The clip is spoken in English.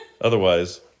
Otherwise